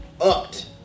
upped